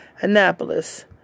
Annapolis